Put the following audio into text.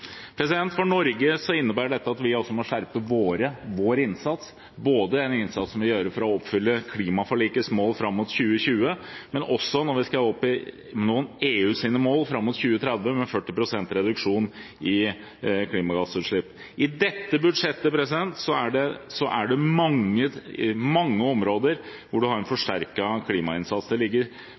For Norge innebærer dette at vi også må skjerpe vår innsats – både den innsatsen vi må gjøre for å oppfylle klimaforlikets mål fram mot 2020, og også den vi må ha for å nå EUs mål for 2030 med 40 pst. reduksjon i klimagassutslipp. I dette budsjettet er det mange områder der vi har en forsterket klimainnsats. Det ligger